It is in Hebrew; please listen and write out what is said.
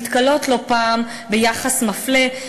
נתקלות לא פעם ביחס מפלה.